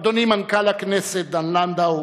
אדוני מנכ"ל הכנסת דן לנדאו,